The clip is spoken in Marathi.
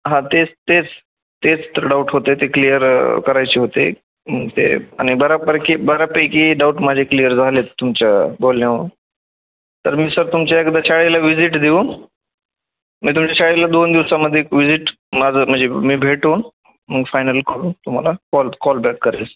हां तेच तेच तेच तर डाऊट होते ते क्लियर रायचे होते ते आणि बऱ्यापैकी बऱ्यापैकी डाऊट माझे क्लिअर झाले आहेत तुमच्या बोलण्यावरून तर मी सर तुमच्या एकदा शाळेला व्हिजिट देऊ मी तुमच्या शाळेला दोन दिवसामध्ये एक विजिट माझं म्हणजे मी भेटून मग फायनल करून तुम्हाला कॉल कॉल बॅक करेल